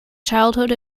childhood